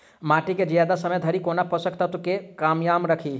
माटि केँ जियादा समय धरि कोना पोसक तत्वक केँ कायम राखि?